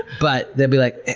but they'll be like,